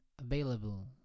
available